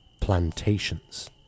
Plantations